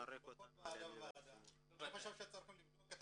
--- בכל ועדה וועדה אני חושב שצריך לבדוק את